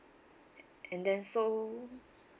and then so